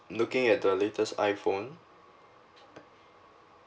looking at the latest iPhone